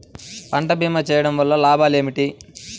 పంట భీమా చేయుటవల్ల లాభాలు ఏమిటి?